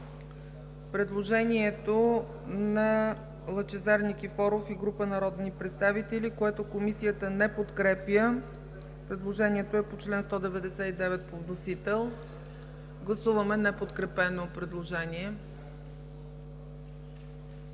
предложението на Лъчезар Никифоров и група народни представители, което Комисията не подкрепя. Предложението е по чл. 199 по вносител. Гласуваме неподкрепеното предложение.